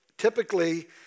Typically